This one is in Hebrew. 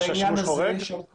הזה מחדש.